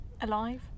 alive